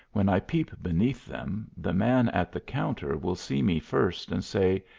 when i peep beneath them, the man at the counter will see me first and say,